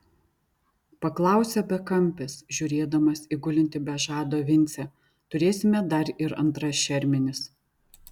paklausė bekampis žiūrėdamas į gulintį be žado vincę turėsime dar ir antras šermenis